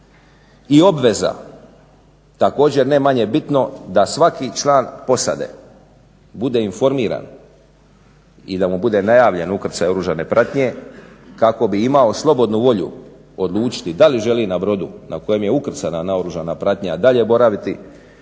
i obveza također ne manje bitno da svaki član posade bude informiran i da mu bude najavljen ukrcaj oružane pratnje kako bi imao slobodnu volju odlučiti da li želi na brodu na kojem je ukrcana naoružana pratnja dalje boraviti